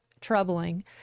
troubling